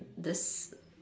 this